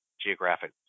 geographic